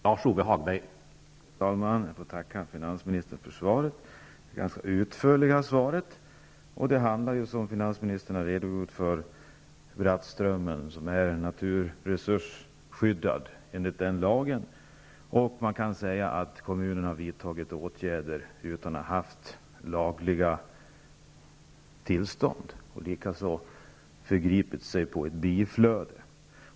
Herr talman! Jag får tacka finansministern för det ganska utförliga svaret. Det handlar, som finansministern har redogjort för, om Man kan säga att kommunen har vidtagit åtgärder utan att ha lagligt tillstånd och likaså förgripit sig på ett biflöde.